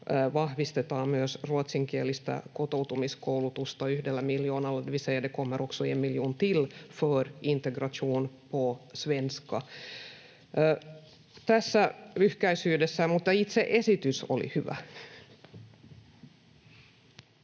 vahvistetaan myös ruotsinkielistä kotoutumiskoulutusta yhdellä miljoonalla. Det vill säga det kommer också en miljon till för integration på svenska. Tässä lyhykäisyydessään. Itse esitys oli hyvä.